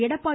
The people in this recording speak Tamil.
எடப்பாடி